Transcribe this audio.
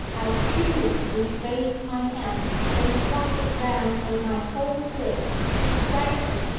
i furiously raised my hand and swung it round with my whole force to strike her.